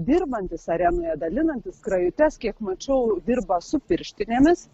dirbantys arenoje dalinantys skrajutes kiek mačiau dirba su pirštinėmis